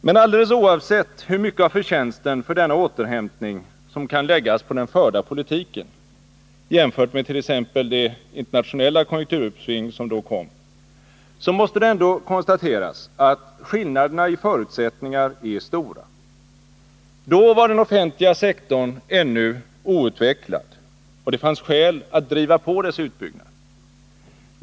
Men alldeles oavsett hur mycket av förtjänsten för denna återhämtning som kan läggas på den förda politiken, jämfört med t.ex. det internationella konjunkturuppsving som då kom, måste det ändå konstateras att skillnaderna i förutsättningar är stora. Då var den offentliga sektorn ännu outvecklad, och det fanns skäl att driva på dess utbyggnad.